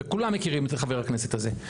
וכולם מכירים את חבר הכנסת הזה.